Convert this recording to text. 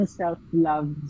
self-love